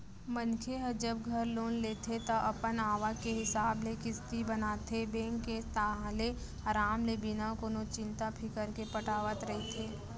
मनखे ह जब घर लोन लेथे ता अपन आवक के हिसाब ले किस्ती बनाथे बेंक के ताहले अराम ले बिना कोनो चिंता फिकर के पटावत रहिथे